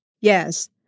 Yes